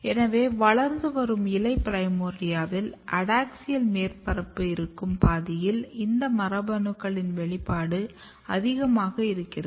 எனவே வளர்ந்து வரும் இலை பிரைமோர்டியாவில் அடாக்ஸியல் மேற்பரப்பு இருக்கும் பாதியில் இந்த மரபணுக்களின் வெளிப்பாடு அதிகமாக இருக்கிறது